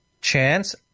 chance